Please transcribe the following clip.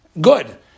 good